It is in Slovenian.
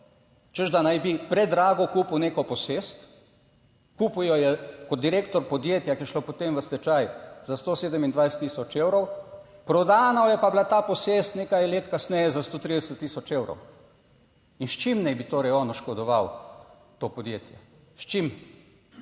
(Nadaljevanje) kupil jo je kot direktor podjetja, ki je šlo potem v stečaj. Za 127 tisoč evrov, prodana je pa bila ta posest nekaj let kasneje za 130 tisoč evrov, in s čim naj bi torej on oškodoval to podjetje? S čim?